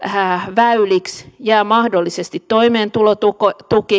väyliksi jää mahdollisesti toimeentulotuki